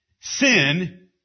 sin